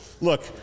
Look